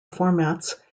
formats